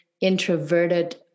introverted